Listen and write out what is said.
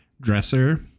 dresser